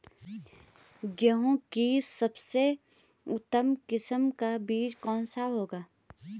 गेहूँ की सबसे उत्तम किस्म का बीज कौन सा होगा?